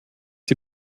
die